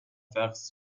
vers